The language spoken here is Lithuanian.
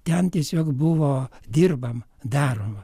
ten tiesiog buvo dirbama daroma